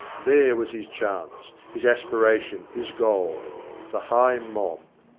there was his chance, his aspira tion, his goal the high mob.